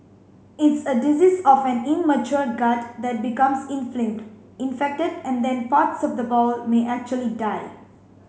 it's a disease of an immature gut that becomes inflamed infected and then parts of the bowel may actually die